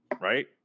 Right